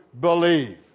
believe